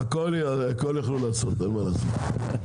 הכל יוכלו לעשות, אין מה לעשות.